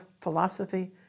philosophy